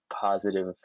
positive